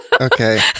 Okay